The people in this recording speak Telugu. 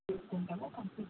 చూసుకుంటాము కంప్లీట్గా